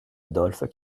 adolphe